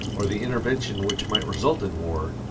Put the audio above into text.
or the intervention which might result in war,